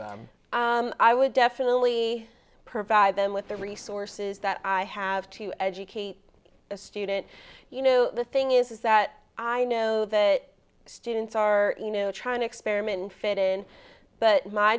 them i would definitely provide them with the resources that i have to educate a student you know the thing is that i know that students are you know trying to experiment it isn't but my